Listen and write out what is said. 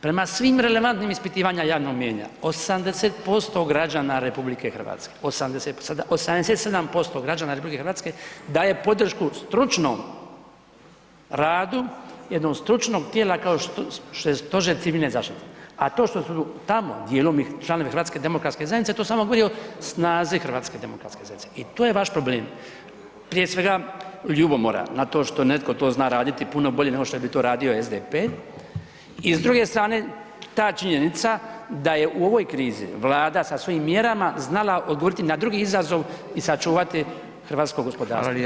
Prema svim relevantnim ispitivanjima javnog mnijenja, 80% građana RH, 87% građana RH daje podršku stručnom radu jednog stručnog tijela kao što je Stožer civilne zaštite a to što su tamo djelom i članovi HDZ-a, to samo govori o snazi HDZ-a i to je vaš problem, prije svega ljubomora na to što netko to zna raditi puno bolje nego što bi to radio SDP i s druge strane ta činjenica da je u ovoj krizi Vlada sa svojim mjerama znala odgovoriti na drugi izazov i sačuvati hrvatsko gospodarstvo.